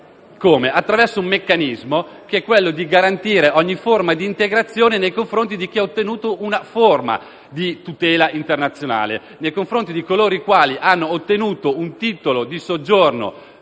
attraverso un meccanismo, quello di garantire ogni forma di integrazione nei confronti di chi ha ottenuto una forma di tutela internazionale. Nei confronti di coloro i quali hanno ottenuto un titolo di soggiorno